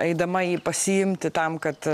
eidama jį pasiimti tam kad